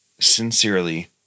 sincerely